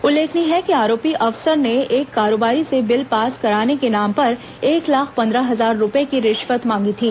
उल्लेखनीय है कि आरोपी अफसर ने एक कारोबारी से बिल पास करने के नाम पर एक लाख पंद्रह हजार रूपये की रिश्वत मांगी थी